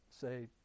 say